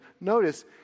notice